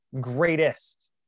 greatest